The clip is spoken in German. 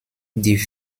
die